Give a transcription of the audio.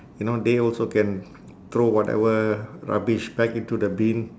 you know they also can throw whatever rubbish back into the bin